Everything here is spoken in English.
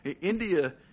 India